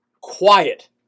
quiet